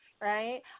right